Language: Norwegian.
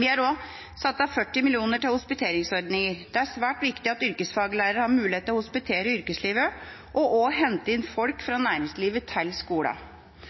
Vi har også satt av 40 mill. kr til hospiteringsordninger. Det er svært viktig at yrkesfaglærerne har mulighet til å hospitere i yrkeslivet og også hente inn folk fra næringslivet til